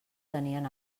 tenien